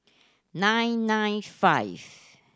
nine nine five